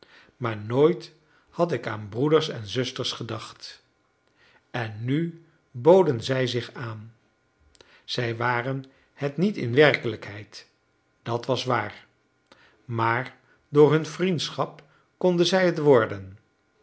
maar nooit had ik aan broeders en zusters gedacht en nu boden zij zich aan zij waren het niet in werkelijkheid dat was waar maar door hun vriendschap konden zij het worden